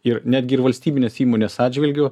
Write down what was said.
ir netgi ir valstybinės įmonės atžvilgiu